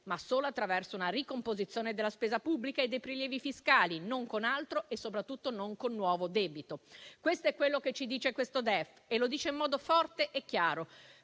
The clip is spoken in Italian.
ma solo attraverso una ricomposizione della spesa pubblica e dei prelievi fiscali, non con altro e soprattutto non con nuovo debito. Questo è quello che ci dice questo DEF, e lo dice in modo forte e chiaro.